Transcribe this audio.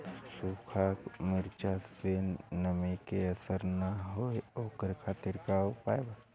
सूखा मिर्चा में नमी के असर न हो ओकरे खातीर का उपाय बा?